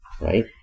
right